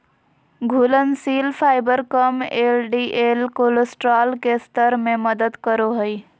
घुलनशील फाइबर कम LDL cholesterol के स्तर में मदद करो हइ